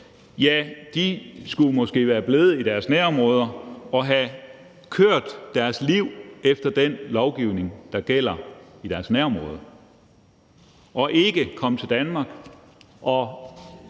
– skulle måske være blevet i deres nærområde, have levet deres liv efter den lovgivning, der gælder i deres nærområde, og ikke være kommet til Danmark og